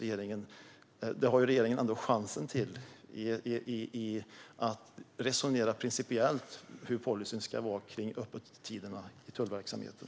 Regeringen har ändå chansen att resonera principiellt om hur policyn ska se ut för öppettiderna i tullverksamheten.